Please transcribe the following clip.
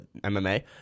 MMA